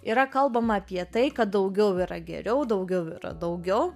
yra kalbama apie tai kad daugiau yra geriau daugiau yra daugiau